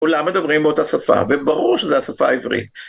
כולם מדברים באותה שפה, וברור שזו השפה העברית.